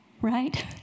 right